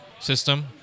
system